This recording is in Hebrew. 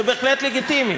זה בהחלט לגיטימי.